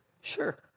Sure